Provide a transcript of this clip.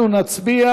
אנחנו נצביע.